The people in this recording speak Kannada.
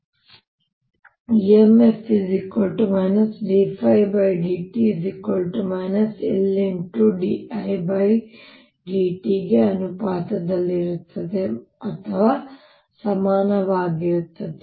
ಈಗ EMF dϕdt LdIdt ϕ∝I or ϕLI ಗೆ ಅನುಪಾತದಲ್ಲಿರುತ್ತದೆ ಅಥವಾ ಸಮನಾಗಿರುತ್ತದೆ